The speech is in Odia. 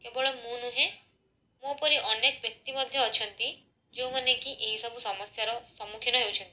କେବଳ ମୁଁ ନୁହେଁ ମୋ ପରି ଅନେକ ବ୍ୟକ୍ତି ମଧ୍ୟ ଅଛନ୍ତି ଯେଉଁମାନେ କି ଏ ସବୁ ସମସ୍ୟାର ସମ୍ମୁଖୀନ ହେଉଛନ୍ତି